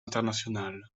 internationales